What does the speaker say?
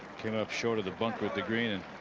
came up short of the bunker, the green. and